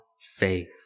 faith